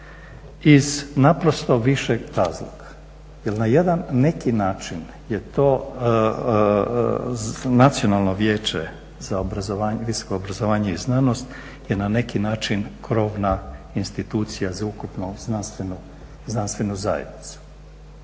iz naprosto više razloga. Jer na jedan neki način je to Nacionalno vijeće za visoko obrazovanje i znanost krovna institucija za ukupnu znanstvenu zajednicu.